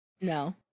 no